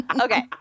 Okay